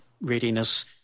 readiness